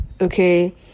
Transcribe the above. okay